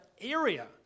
area